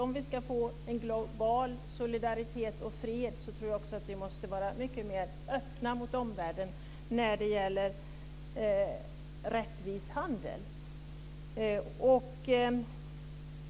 Om vi ska få en global solidaritet och fred tror jag också att vi måste vara mycket mer öppna mot omvärlden när det gäller rättvis handel.